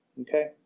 Okay